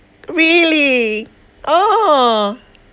really oh